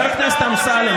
חבר הכנסת אמסלם,